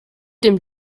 dem